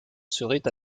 seraient